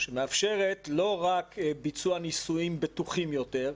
טכנולוגיה שמאפשרת לא רק ביצוע ניסויים בטוחים יותר,